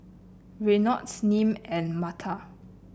Reynolds Nim and Marta